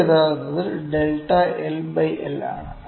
ഇത് യഥാർത്ഥത്തിൽ delta L by L ആണ്